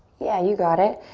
yeah, you got it.